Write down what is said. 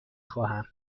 خواهم